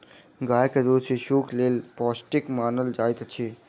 गाय के दूध शिशुक लेल पौष्टिक मानल जाइत अछि